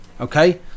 okay